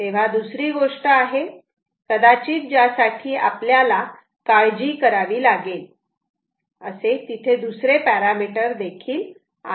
तेव्हा दुसरी गोष्ट आहे कदाचित ज्यासाठी आपल्याला काळजी करावी लागेल असे तिथे दुसरे पॅरामीटर्स देखील आहेत